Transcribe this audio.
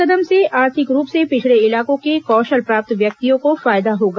कदम से आर्थिक रूप से पिछड़े इलाकों के कौशल प्राप्त व्यक्तियों को फायदा होगा